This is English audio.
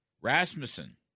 Rasmussen